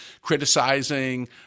criticizing